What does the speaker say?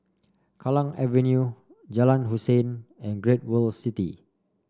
Kallang Avenue Jalan Hussein and Great World City